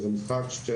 המשחק הזה